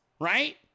right